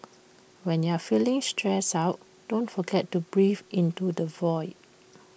when you are feeling stressed out don't forget to breathe into the void